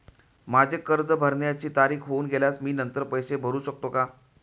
माझे कर्ज भरण्याची तारीख होऊन गेल्यास मी नंतर पैसे भरू शकतो का?